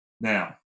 Now